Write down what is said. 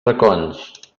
racons